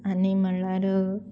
आनी म्हणल्यार